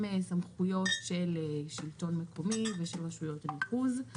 סמכויות של שלטון מקומי ושל רשויות הניקוז,